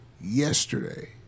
yesterday